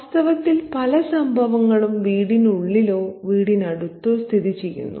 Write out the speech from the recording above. വാസ്തവത്തിൽ പല സംഭവങ്ങളും വീടിനുള്ളിലോ വീടിനടുത്തോ സ്ഥിതി ചെയ്യുന്നു